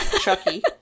Chucky